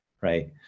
right